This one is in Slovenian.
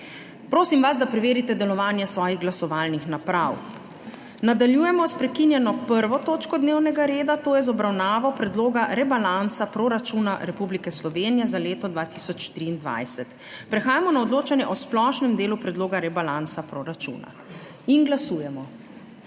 Prosim vas, da preverite delovanje svojih glasovalnih naprav! Nadaljujemo s prekinjeno 1. točko dnevnega reda – obravnava Predloga rebalansa Proračuna Republike Slovenije za leto 2023. Prehajamo na odločanje o splošnem delu predloga rebalansa proračuna. Glasujemo.